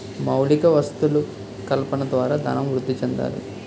మౌలిక వసతులు కల్పన ద్వారా ధనం వృద్ధి చెందాలి